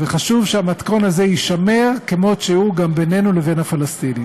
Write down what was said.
וחשוב שהמתכון הזה יישמר כמות שהוא גם בינינו לבין הפלסטינים.